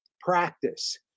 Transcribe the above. practice